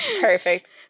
perfect